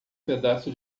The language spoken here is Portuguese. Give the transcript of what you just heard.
pedaço